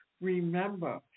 Remember